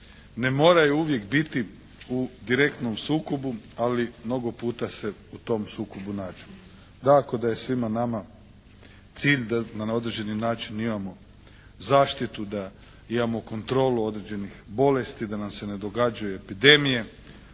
ne moraju uvijek biti u direktnom sukobu, ali mnogo puta se u tom sukobu nađu. Dakako da je svima nama cilj da na određeni način imamo zaštitu, da imamo kontrolu određenih bolesti da nam se ne događaju epidemije,